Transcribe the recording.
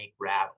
rattle